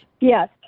Yes